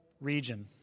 region